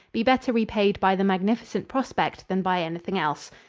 be better repaid by the magnificent prospect than by anything else.